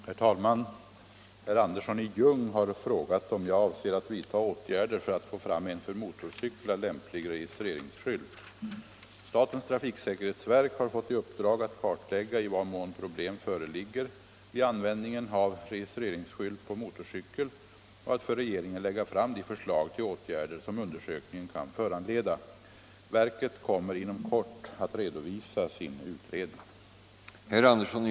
Herr talman! Herr Andersson i Ljung har frågat om jag avser att vidta åtgärder för att få fram en för motorcyklar lämplig registreringsskylt. Statens trafiksäkerhetsverk har fått i uppdrag att kartlägga i vad mån problem föreligger vid användningen av registreringsskylt på motorcykel och att för regeringen lägga fram de förslag till åtgärder som undersökningen kan föranleda. Verket kommer inom kort att redovisa sin utredning.